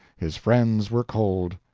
his friends were cold.